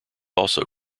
also